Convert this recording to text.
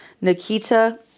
Nikita